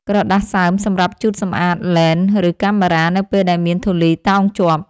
ក្រដាសសើមសម្រាប់ជូតសម្អាតឡេន ឬកាមេរ៉ា នៅពេលដែលមានធូលីតោងជាប់។